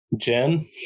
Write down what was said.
Jen